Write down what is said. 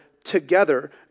together